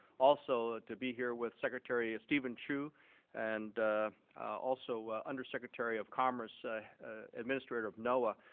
also to be here with secretary steven chu and also undersecretary of commerce ah administrator of noaa,